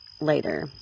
later